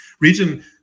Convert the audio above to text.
Region